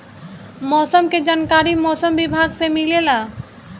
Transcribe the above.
मौसम के जानकारी मौसम विभाग से मिलेला?